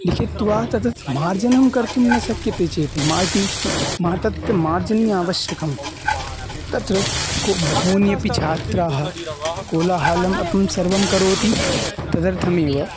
लिखित्वा तत् मार्जनं कर्तुं न शक्यते चेत् मार्जनस्य मार्तत्य मार्जनी आवश्यकं तत्र को बहून्यपि छात्राः कोलाहालम् अत्र सर्वं करोति तदर्थमेव